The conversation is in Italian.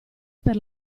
per